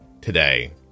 today